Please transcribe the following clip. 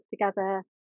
together